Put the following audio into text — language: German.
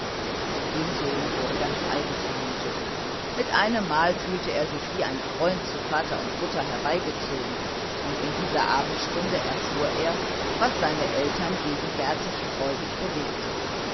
dem sohn wurde ganz eigen zumute mit einemmal fühlte er sich wie ein freund zu vater und mutter herbeigezogen und in dieser abendstunde erfuhr er was seine eltern gegenwärtig freudig bewegte